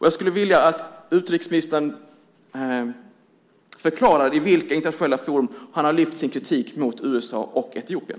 Jag skulle vilja att utrikesministern förklarar i vilka internationella forum han har lyft fram sin kritik mot USA och Etiopien.